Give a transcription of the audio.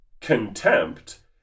contempt